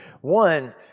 One